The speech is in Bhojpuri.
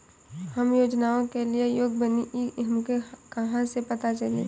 हम योजनाओ के लिए योग्य बानी ई हमके कहाँसे पता चली?